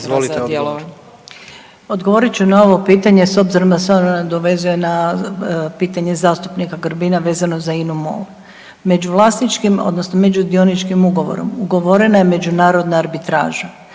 Zlata** Odgovorit ću na ovo pitanje s obzirom da se ono nadovezuje pitanje zastupnika Grbina vezano za INU MOL. Međuvlasničkim odnosno međudioničkim ugovorom ugovorena je međunarodna arbitraža.